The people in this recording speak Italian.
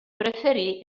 preferì